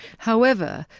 however,